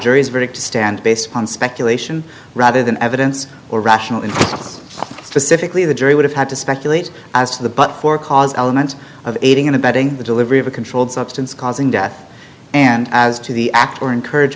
jury's verdict to stand based on speculation rather than evidence or rational in specifically the jury would have had to speculate as to the but for cause elements of aiding and abetting the delivery of a controlled substance causing death and as to the act or encourage